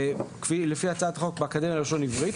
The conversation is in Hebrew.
לפי הצעת חוק באקדמיה ללשון עברית,